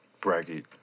bracket